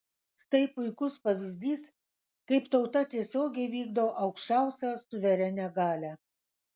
štai puikus pavyzdys kaip tauta tiesiogiai vykdo aukščiausią suverenią galią